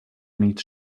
needs